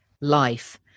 life